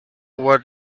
what